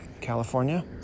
California